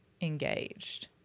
engaged